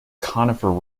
conifer